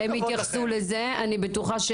הם יתייחסו לזה, אני בטוחה.